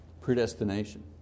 predestination